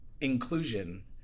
inclusion